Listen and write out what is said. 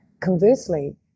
conversely